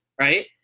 Right